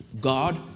God